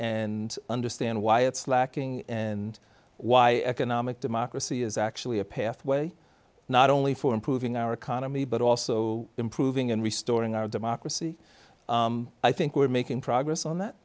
nd understand why it's lacking and why democracy is actually a pathway not only for improving our economy but also improving and restoring our democracy i think we're making progress on that